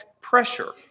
pressure